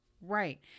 Right